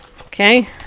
Okay